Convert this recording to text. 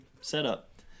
setup